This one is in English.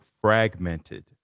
fragmented